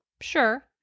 Sure